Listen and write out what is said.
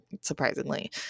surprisingly